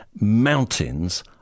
mountains